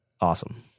awesome